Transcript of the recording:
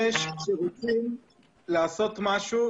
שכשרוצים לעשות משהו,